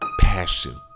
passion